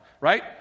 right